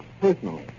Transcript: personally